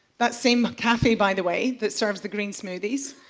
that same kathy, by the way, that serves the green smoothies,